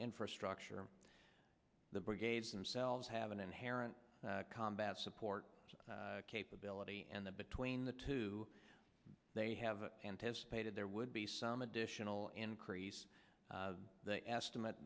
infrastructure the brigades and cells have an inherent combat support capability and the between the two they have anticipated there would be some additional increase they estimate